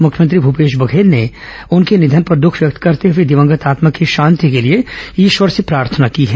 मुख्यमंत्री भूपेश बघेल ने उनके निधन पर दुख व्यक्त करते हुए दिवंगत आत्मा की शांति के लिए ईश्वर से प्रार्थना की है